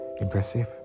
impressive